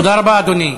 תודה רבה, אדוני.